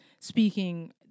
speaking